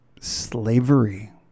slavery